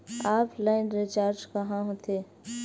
Offline recharge कहां होथे?